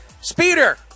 Speeder